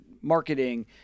marketing